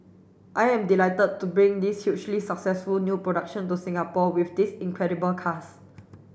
I am delighted to bring this hugely successful new production to Singapore with this incredible cast